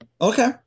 Okay